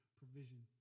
provision